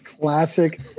Classic